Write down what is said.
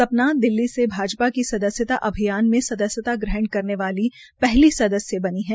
सपना चौधरी दिल्ली से भाजपा सदस्यता अभियान में सदस्यता ग्रहण करने वाली पहली सदस्य बनी है